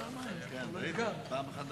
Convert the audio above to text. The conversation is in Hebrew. כבוד